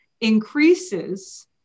increases